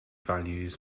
values